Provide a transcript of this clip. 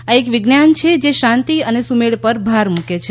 આ એક વિજ્ઞાન છે જે શાંતિ અને સુમેળ પર ભાર મૂકે છે